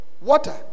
water